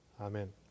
Amen